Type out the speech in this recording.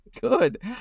good